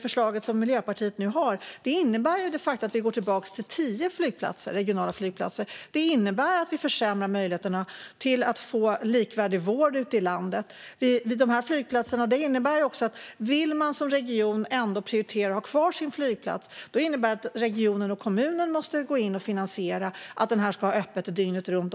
Förslaget som Miljöpartiet har innebär de facto att vi går tillbaka till tio regionala flygplatser. Det innebär att vi försämrar möjligheterna till likvärdig vård ute i landet. Det innebär också att om en region vill prioritera och ha kvar sin flygplats måste regionen och kommunen gå in och finansiera att den ska ha öppet dygnet runt.